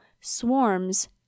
Swarms